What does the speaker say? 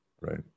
right